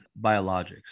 biologics